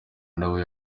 nawe